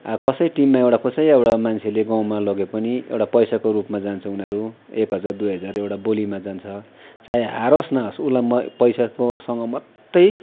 अब कसै टिममा एउटा कसै एउटा मान्छेले गाउँमा लगे पनि एउटा पैसाको रूपमा जान्छ उनीहरू एक हजार दुई हजार एउटा बोलीमा जान्छ चाहे हारोस् नहारोस् उसलाई म पैसाकोसँग मात्रै